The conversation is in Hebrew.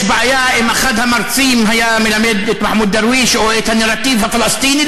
יש בעיה אם אחד המרצים היה מלמד את מחמוד דרוויש או את הנרטיב הפלסטיני,